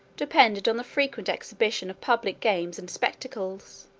depended on the frequent exhibition of public games and spectacles.